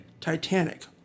Titanic